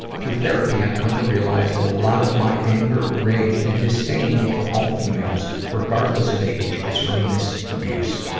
through therapy, i've come to realize that a lot of my anger, rage, and disdain for all females, regardless of age, is from this abuse.